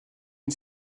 une